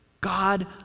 God